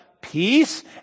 peace